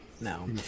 No